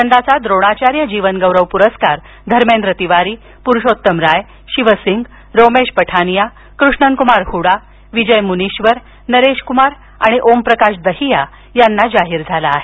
यंदाचा द्रोणाचार्य जीवन गौरव पुरस्कार धर्मेंद्र तिवारी पुरुषोत्तम राय शिव सिंगरोमेश पठानिया कृष्णन कुमार हूडा विजय मुनीश्वर नरेश कुमार आणि ओम प्रकाश दहिया यांना जाहीर झाला आहे